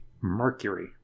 Mercury